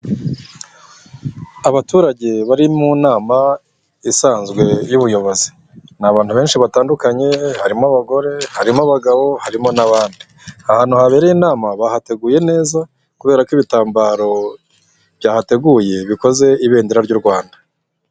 Abaturage bari mu nama isanzwe y'ubuyobozi, ni abantu benshi batandukanye harimo abagore, harimo abagabo, harimo n'abandi, ahantu habereye inama bahateguye neza kubera ko ibitambaro byahateguye bikoze ibendera ry'u Rwanda.